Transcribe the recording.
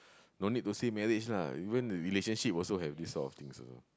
no need to say marriage lah even relationship also have this type of things one